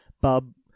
Bub